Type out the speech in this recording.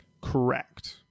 Correct